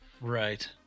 Right